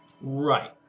Right